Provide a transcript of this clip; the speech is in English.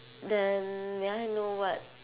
then may I know what